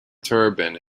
turban